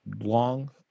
long